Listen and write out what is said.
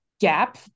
gap